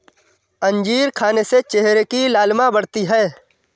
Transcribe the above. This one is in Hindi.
अंजीर खाने से चेहरे की लालिमा बढ़ती है